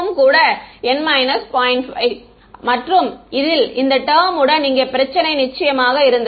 5 மற்றும் இதில் இந்த டெர்ம் உடன் இங்கே பிரச்சனை நிச்சயமாக இருந்தது